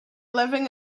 living